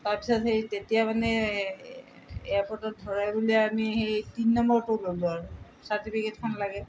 তাৰপিছত সেই তেতিয়া মানে এয়াৰপৰ্টত ধৰাই বুলি আমি সেই তিনি নম্বৰটো ল'লোঁ আৰু চাৰ্টিফিকেটখন লাগে